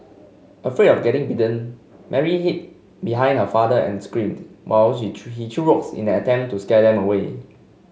afraid of getting bitten Mary hid behind her father and screamed while she threw he threw rocks in an attempt to scare them away